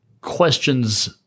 questions